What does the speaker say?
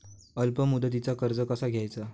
अल्प मुदतीचा कर्ज कसा घ्यायचा?